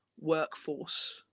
workforce